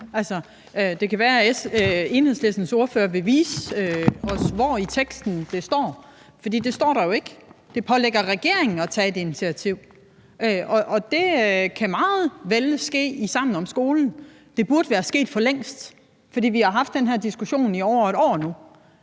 Det kan være, at Enhedslistens ordfører vil vise os, hvor i teksten det står, for det står der jo ikke. Det pålægger regeringen at tage et initiativ, og det kan meget vel ske i Sammen om skolen. Det burde være sket for længst, fordi vi har haft den her diskussion i over et år nu.